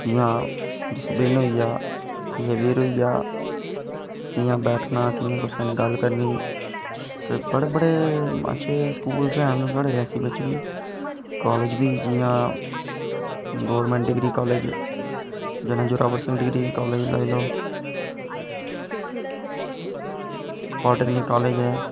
जियां डिसपलिन होई गेआ कियां बैठना कियां कुसै नै गल्ल करनी ते बड़े बड़े अच्छे स्कूलस बी हैन साढ़े रियासी बिच्च बी कालेज बी जियां government degree college general Zorawar Singh college लाई लैओ पोल टैकनिकल कालेज ऐ